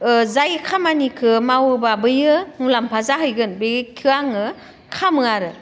जाय खामानिखो मावोब्ला बैयो मुलाम्फा जाहैगोन बिखो आङो खालामो आरो